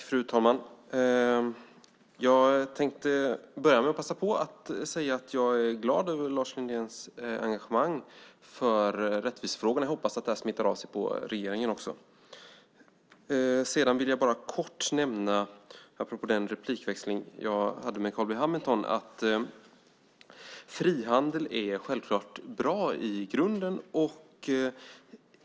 Fru talman! Jag tänkte börja med att säga att jag är glad över Lars Lindéns engagemang i rättvisefrågorna. Jag hoppas att detta smittar av sig på regeringen också. Apropå den replikväxling som jag hade med Carl B Hamilton vill jag bara kortfattat nämna att frihandel självklart är bra i grunden.